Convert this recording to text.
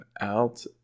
out